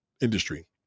industry